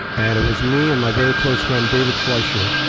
and it was me and my very close friend david fleischer